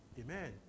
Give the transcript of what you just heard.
Amen